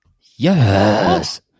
Yes